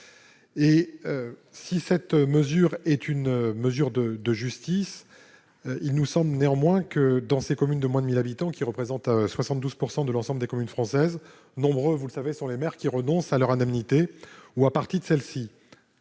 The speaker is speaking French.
S'il s'agit d'une mesure de justice, il nous semble néanmoins que, dans les communes de moins de 1 000 habitants, qui représentent 72 % de l'ensemble des communes françaises, nombreux sont, vous le savez, les maires qui renoncent à leur indemnité ou à une partie de celle-ci.